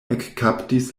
ekkaptis